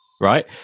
right